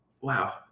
wow